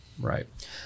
Right